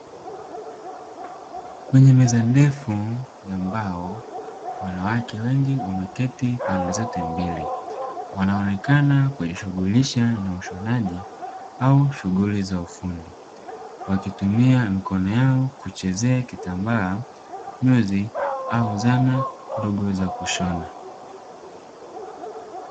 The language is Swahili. Kwenye meza ndefu ya mbao wanawake wengi wameketi pande zote mbili wanaonekana kwenye shughuli za ushonaji au shughuli za ufundi wakitumia mikono yao kuchezea kitambaa nyuzi au zana ndogo za kushona.